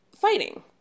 Fighting